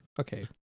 Okay